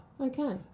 Okay